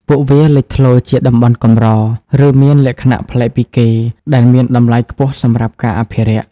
ពួកវាលេចធ្លោជាតំបន់កម្រ ឬមានលក្ខណៈប្លែកពីគេ ដែលមានតម្លៃខ្ពស់សម្រាប់ការអភិរក្ស។